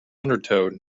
undertow